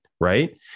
right